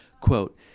Quote